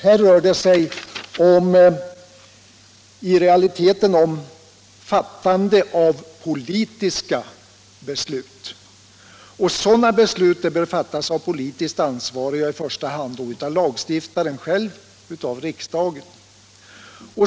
Här rör det sig i realiteten om fattande av politiska beslut, och sådana beslut bör fattas av politiskt ansvariga, i första hand av lagstiftaren själv dvs. av riksdagen.